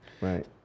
Right